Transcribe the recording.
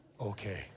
Okay